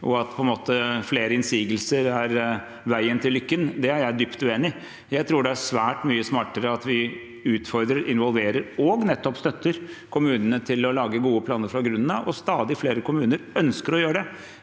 og at flere innsigelser på en måte er veien til lykken, er jeg dypt uenig i. Jeg tror det er svært mye smartere at vi utfordrer, involverer og nettopp støtter kommunene til å lage gode planer fra grunnen av. Stadig flere kommuner ønsker å gjøre det.